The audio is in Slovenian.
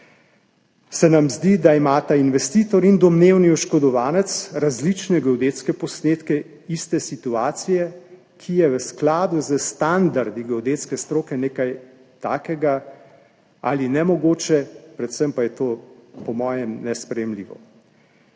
se nam zdi, da imata investitor in domnevni oškodovanec različne geodetske posnetke iste situacije, kar je v skladu s standardi geodetske stroke nemogoče, predvsem pa je to po mojem nesprejemljivo.